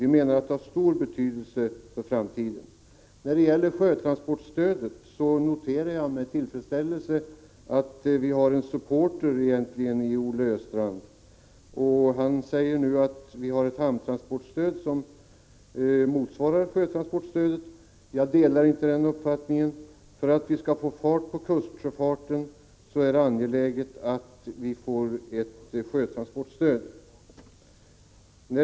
Vi menar att detta har stor betydelse för framtiden. Jag noterar med tillfredsställelse att vi beträffande sjötransportstödet har en supporter i Olle Östrand. Han säger att vi har ett hamntransportstöd som motsvarar sjötransportstödet. Jag delar inte denna uppfattning. För att vi skall få fart på kustsjöfarten är det angeläget att vi får ett sjötransportstöd.